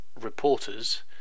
reporters